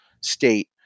state